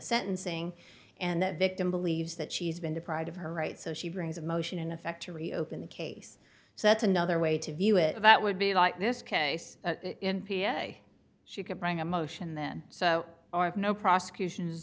sentencing and the victim believes that she's been deprived of her rights so she brings a motion in effect to reopen the case so that's another way to view it that would be like this case in p s a she could bring a motion then so are no prosecutions